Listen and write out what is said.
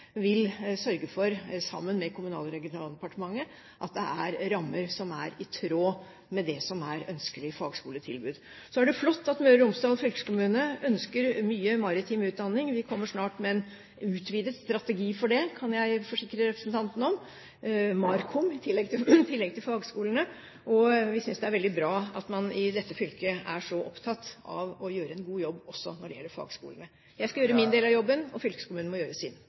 at det er rammer som er i tråd med det som er ønskelige fagskoletilbud. Så er det flott at Møre og Romsdal fylkeskommune ønsker mye maritim utdanning. Vi kommer snart med en utvidet strategi for det, kan jeg forsikre representanten om – MARKOM, i tillegg til fagskolene. Vi synes det er veldig bra at man i dette fylket er så opptatt av å gjøre en god jobb også når det gjelder fagskolene. Jeg skal gjøre min del av jobben, og fylkeskommunen må gjøre sin.